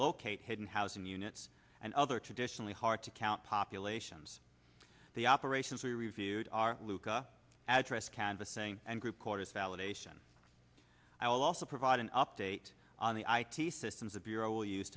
locate hidden housing units and other traditionally hard to count populations the operations we reviewed are lucca address canvassing and group quarters validation i will also provide an update on the i t systems the bureau use